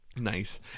nice